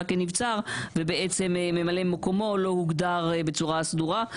כנבצר ובעצם ממלא מקומו לא הוגדר בצורה סדורה.